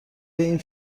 این